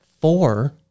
Four